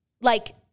like-